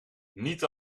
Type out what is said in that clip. niet